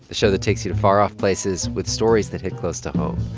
the show that takes you to far-off places with stories that hit close to home.